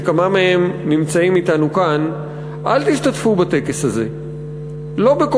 שכמה מהם נמצאים אתנו כאן: אל תשתתפו בטקס הזה.